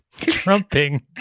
trumping